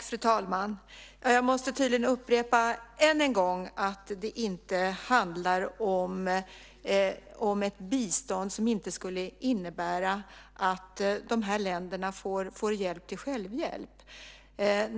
Fru talman! Jag måste tydligen än en gång upprepa att det inte handlar om ett bistånd som inte skulle innebära att de här länderna får hjälp till självhjälp.